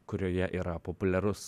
kurioje yra populiarus